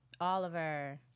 Oliver